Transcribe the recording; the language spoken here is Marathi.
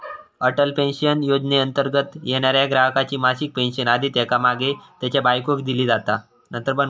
अटल पेन्शन योजनेंतर्गत येणाऱ्या ग्राहकाची मासिक पेन्शन आधी त्येका मागे त्येच्या बायकोक दिली जाता